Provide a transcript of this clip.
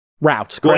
routes